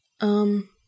Um